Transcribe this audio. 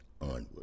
onward